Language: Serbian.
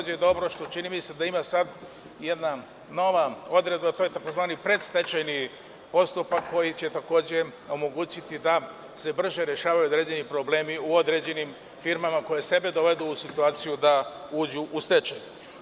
Čini mi se da postoji jedna odredba, a to je tzv. pred stečajni postupak koji će takođe omogućiti da se brže rešavaju određeni problemi u određenim firmama koje sebe dovedu u situaciju da uđu u stečaj.